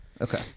Okay